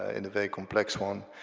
and a very complex one,